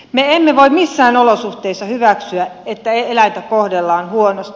me emme voi missään olosuhteissa hyväksyä että eläintä kohdellaan huonosti